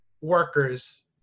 workers